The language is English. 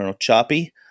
choppy